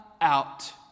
out